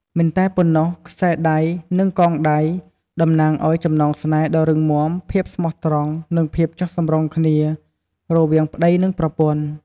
មិនតែប៉ុណ្ណោះខ្សែដៃ និងកងដៃ តំណាងឱ្យ ចំណងស្នេហ៍ដ៏រឹងមាំ ភាពស្មោះត្រង់ និងភាពចុះសម្រុងគ្នា រវាងប្តីនិងប្រពន្ធ។